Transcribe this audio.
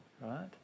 Right